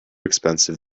expensive